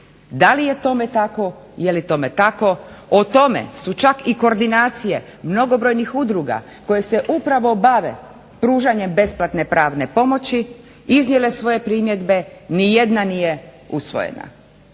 Da li je tome tako? Jeli tome tako o tome su čak i koordinacije mnogobrojnih udruga koje se upravo bave pružanjem besplatne pravne pomoći iznijele svoje primjedbe. Nijedna nije usvojena.